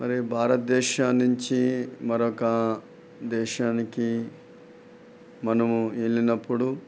మరి భారత దేశం నుంచి మరొక దేశానికి మనము వెళ్ళినప్పుడు